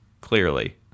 clearly